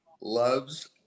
loves